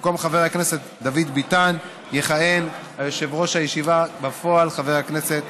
במקום חבר הכנסת דוד ביטן יכהן יושב-ראש הישיבה בפועל חבר הכנסת